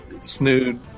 Snood